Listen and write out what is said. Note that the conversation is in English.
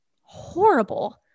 horrible